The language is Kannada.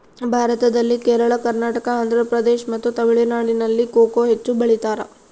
ಭಾರತದಲ್ಲಿ ಕೇರಳ, ಕರ್ನಾಟಕ, ಆಂಧ್ರಪ್ರದೇಶ್ ಮತ್ತು ತಮಿಳುನಾಡಿನಲ್ಲಿ ಕೊಕೊ ಹೆಚ್ಚು ಬೆಳಿತಾರ?